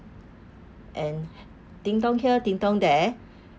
and dingdong here dingdong there